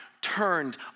turned